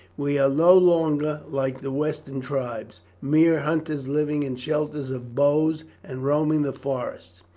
we are no longer, like the western tribes, mere hunters living in shelters of boughs and roaming the forests.